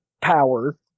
power